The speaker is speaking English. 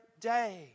day